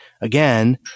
again